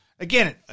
Again